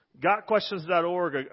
GotQuestions.org